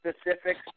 specifics